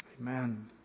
Amen